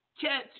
catch